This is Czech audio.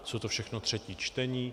Jsou to všechno třetí čtení.